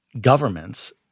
governments